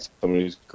somebody's